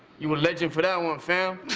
you a legend for that one, fam.